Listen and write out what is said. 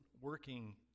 working